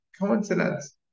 coincidence